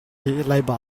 leiba